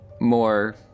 more